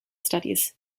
studies